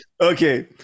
okay